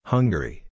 Hungary